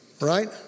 right